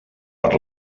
per